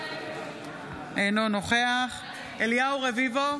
אינו נוכח אליהו רביבו,